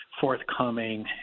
forthcoming